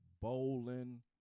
bowling